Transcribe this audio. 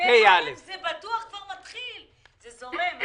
תשפ"א זה בטוח מתחיל וזורם.